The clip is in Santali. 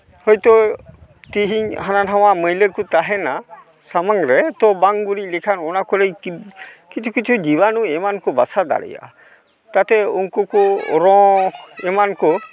ᱦᱳᱭᱛᱳ ᱛᱮᱦᱮᱧ ᱦᱟᱱᱟᱼᱱᱟᱣᱟ ᱢᱟᱹᱭᱞᱟᱹ ᱠᱚ ᱛᱟᱦᱮᱱᱟ ᱥᱟᱢᱟᱝ ᱨᱮ ᱛᱚ ᱵᱟᱝ ᱜᱩᱨᱤᱡ ᱞᱮᱠᱷᱟᱱ ᱚᱱᱟ ᱠᱚᱨᱮ ᱜᱮ ᱠᱤ ᱠᱤᱪᱷᱩ ᱠᱤᱪᱷᱩ ᱡᱤᱵᱟᱱᱩ ᱮᱢᱟᱱ ᱠᱚ ᱵᱟᱥᱟ ᱫᱟᱲᱮᱭᱟᱜᱼᱟ ᱛᱟᱛᱮ ᱩᱱᱠᱩ ᱠᱚ ᱨᱚ ᱮᱢᱟᱱ ᱠᱚ